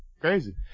Crazy